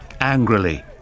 angrily